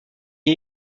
est